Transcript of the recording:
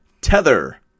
Tether